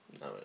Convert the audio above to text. No